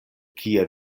kie